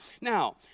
Now